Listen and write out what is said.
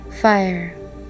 Fire